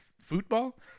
football